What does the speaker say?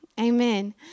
Amen